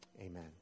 Amen